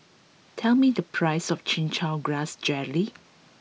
tell me the price of Chin Chow Grass Jelly